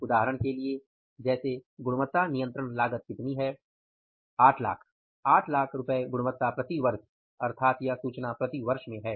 उदाहरण के लिए जैसे गुणवत्ता नियंत्रण लागत कितनी है 800000 800000 गुणवत्ता प्रति वर्ष अर्थात यह सूचना प्रति वर्ष में है